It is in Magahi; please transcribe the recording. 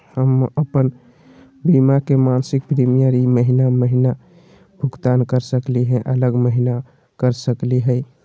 हम अप्पन बीमा के मासिक प्रीमियम ई महीना महिना भुगतान कर सकली हे, अगला महीना कर सकली हई?